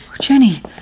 Jenny